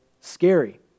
scary